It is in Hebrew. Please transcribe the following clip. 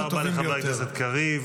תודה רבה לחבר הכנסת קריב.